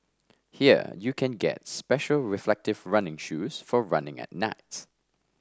here you can get special reflective running shoes for running at night